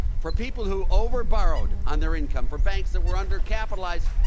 for people who overborrowed on their income, for banks that were undercapitalized,